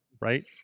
right